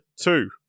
two